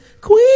queen